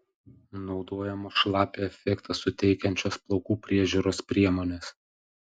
naudojamos šlapią efektą suteikiančios plaukų priežiūros priemonės